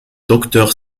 docteur